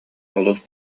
олус